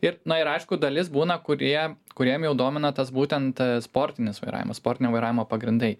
ir na ir aišku dalis būna kurie kuriem jau domina tas būtent sportinis vairavimas sportinio vairavimo pagrindai